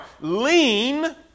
Lean